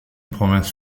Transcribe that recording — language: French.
province